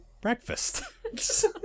Breakfast